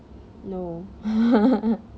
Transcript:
no